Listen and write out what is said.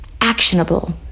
actionable